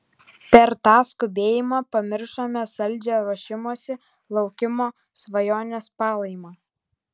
per tą skubėjimą pamiršome saldžią ruošimosi laukimo svajonės palaimą